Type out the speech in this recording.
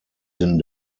sinn